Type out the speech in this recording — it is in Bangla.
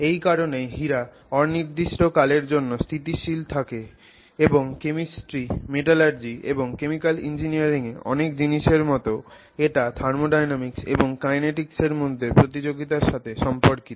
এই কারণেই হীরা অনির্দিষ্টকালের জন্য স্থিতিশীল থাকে এবং কেমিস্ট্রি মেটালারজি এবং কেমিকাল ইঞ্জিনিয়ারিং এ অনেক জিনিসের মত এটা থার্মোডায়নামিক্স এবং কাইনেটিক্স এর মধ্যে প্রতিযোগিতার সাথে সম্পর্কিত